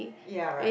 ya right